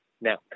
Now